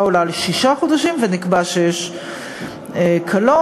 העולה על שישה חודשים ונקבע שיש עמה קלון.